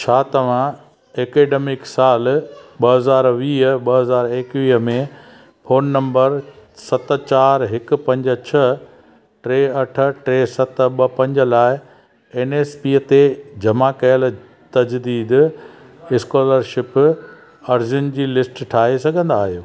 छा तव्हां एकडमिक साल ॿ हज़ार वीह ॿ हज़ार इकवीह में फोन नंबर सत चारि हिक पंज छह टे अठ टे सत ॿ पंज लाइ एनएसपीअ ते जमा कयल तजदीद स्कोलरशिप अर्ज़ियुनि जी लिस्ट ठाहे सघंदा आयो